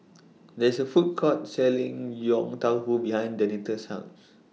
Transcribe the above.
There IS A Food Court Selling Yong Tau Foo behind Denita's House